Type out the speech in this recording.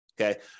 okay